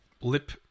lip